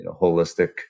holistic